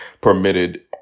permitted